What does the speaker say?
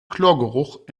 chlorgeruch